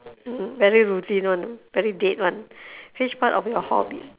mm very routine [one] very dead one which part of your hobby